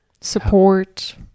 Support